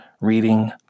reading